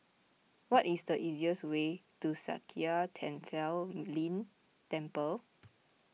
what is the easiest way to Sakya Tenphel Ling Temple